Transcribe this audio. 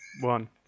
one